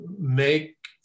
make